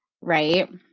right